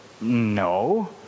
no